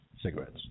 cigarettes